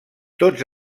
tots